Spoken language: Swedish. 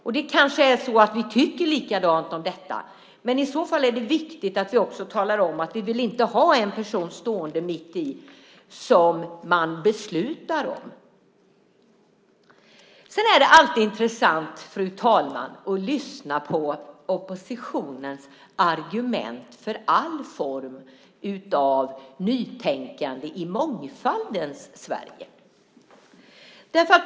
Vi kanske tycker likadant om detta, men i så fall är det viktigt att vi också talar om att vi inte vill ha en person stående mitt i som man beslutar om. Sedan är det alltid intressant, fru talman, att lyssna på oppositionens argument beträffande all form av nytänkande i mångfaldens Sverige.